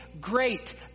great